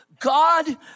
God